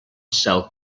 sell